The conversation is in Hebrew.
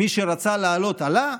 מי שרצה לעלות עלה,